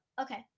okay